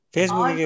Facebook